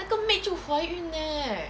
那个 maid 就怀孕 leh